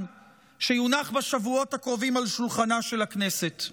שיונח בשבועות הקרובים על שולחנה של הכנסת.